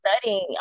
studying